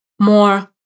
more